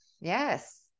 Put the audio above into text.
Yes